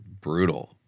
brutal